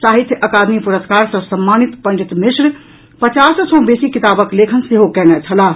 साहित्य अकादमी पुरस्कार सँ सम्मानित पंडित मिश्र पचास सँ बेसी किताबक लेखन सेहो कयने छलाह